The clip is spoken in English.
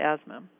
asthma